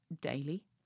daily